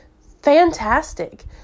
fantastic